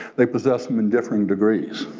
they possess them in different degrees.